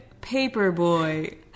Paperboy